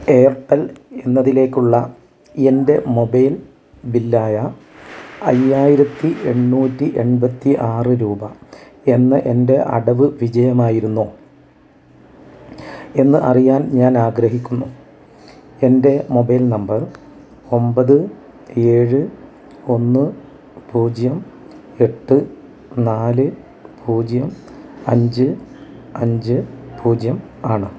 Airtel എന്നതിലേക്കുള്ള എൻ്റെ mobile bill ആയ അയ്യായിരത്തി എണ്ണൂറ്റി എൺപത്തി ആറ് രൂപ എന്ന എൻ്റെ അടവ് വിജയമായിരുന്നോ എന്ന് അറിയാൻ ഞാൻ ആഗ്രഹിക്കുന്നു എൻ്റെ മൊബൈൽ നമ്പർ ഒമ്പത് ഏഴ് ഒന്ന് പൂജ്യം എട്ട് നാല് പൂജ്യം അഞ്ച് അഞ്ച് പൂജ്യം ആണ്